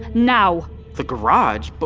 now! the garage? but